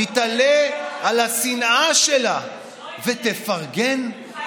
תתעלה על השנאה שלה ותפרגן, זה לא יקרה.